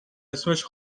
اسمش